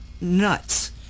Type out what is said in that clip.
nuts